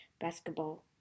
basketball